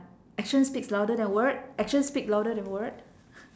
actions speaks louder than word actions speak louder than word